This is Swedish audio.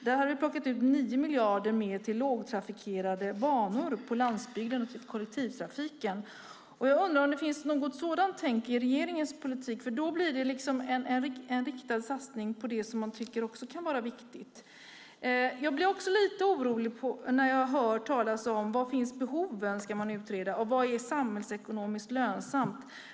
Där hade vi plockat ut 9 miljarder mer till lågtrafikerade banor på landsbygden och till kollektivtrafiken. Jag undrar om det finns något sådant i regeringens politik, för i så fall blir det en riktad satsning på sådant som man tycker kan vara viktigt. Jag blir lite orolig när jag hör talas om att man ska utreda var behoven finns och vad som är samhällsekonomiskt lönsamt.